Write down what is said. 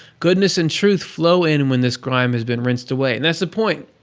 goodness and truth flow in when this grime has been rinsed away. and that's the point!